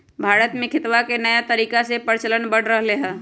भारत में खेतवा के नया तरीका के प्रचलन बढ़ रहले है